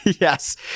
Yes